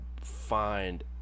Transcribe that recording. find